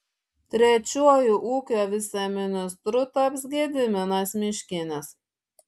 trečiuoju ūkio viceministru taps gediminas miškinis